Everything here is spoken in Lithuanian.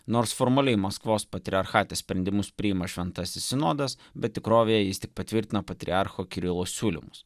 nors formaliai maskvos patriarchatas sprendimus priima šventasis sinodas bet tikrovėje jis tik patvirtina patriarcho kirilo siūlymus